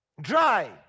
Dry